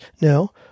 No